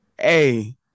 hey